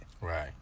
right